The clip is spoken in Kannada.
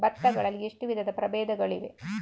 ಭತ್ತ ಗಳಲ್ಲಿ ಎಷ್ಟು ವಿಧದ ಪ್ರಬೇಧಗಳಿವೆ?